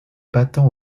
battant